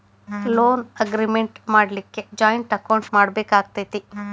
Loan agreement ಮಾಡ್ಲಿಕ್ಕೆ joint account ಮಾಡ್ಬೆಕಾಕ್ಕತೇ?